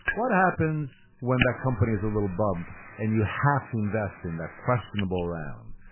what happens when that company has a little bump and you have to invest in that questionable round?